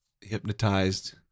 hypnotized